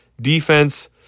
defense